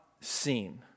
seen